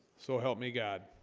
so help me god